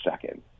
second